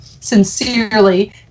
Sincerely